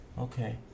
Okay